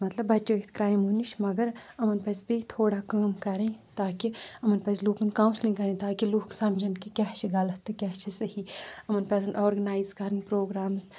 مطلب بَچٲیِتھ کرٚایمہٕ نِش مگر یِمن پزِ بیٚیہِ تھوڑا کٲم کرٕنۍ تاکہِ یِمن پزِ لُکن کوسیلنگ کرٕنۍ تاکہِ لُکھ سمجن کہِ کیاہ چھ غَلط تہٕ کیاہ چھِ صحیح یِمن پزن آرگینایز کرٕنۍ پروگرامٕز